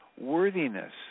worthiness